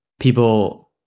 People